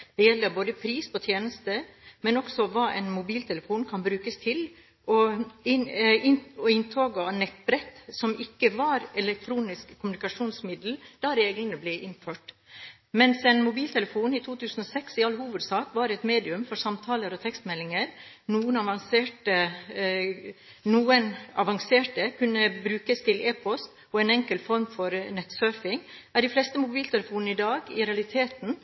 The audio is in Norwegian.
det var både fornuftig og forenklende. Når vi nå foreslår endringer i det vi tidligere støttet, er det fordi utviklingen på dette området har gått med rekordfart siden sjablongreglene ble innført. Det gjelder pris på tjenester, men det gjelder også hva en mobiltelefon kan brukes til, og det gjelder inntoget av nettbrett, som ikke var et elektronisk kommunikasjonsmiddel da reglene ble innført. Mens en mobiltelefon i 2006 i all hovedsak var et medium for samtaler og tekstmeldinger